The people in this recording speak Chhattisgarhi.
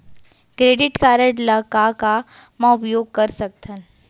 क्रेडिट कारड ला का का मा उपयोग कर सकथन?